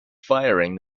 firing